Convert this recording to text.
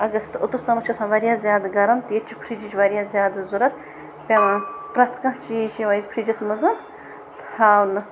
August اوتَس تامَتھ چھُ آسان وَریاہ زیادٕ گَرم تہٕ ییٚتہِ چھُ فرجٕچۍ واریاہ زیادٕ ضورَتھ پٮ۪وان پرٮ۪تھ کانٛہہ چیٖز چھِ یِوان ییٚتھۍ فرجَس منٛز تھاونہٕ